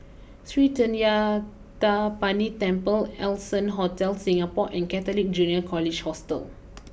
Sri Thendayuthapani Temple Allson Hotel Singapore and Catholic Junior College Hostel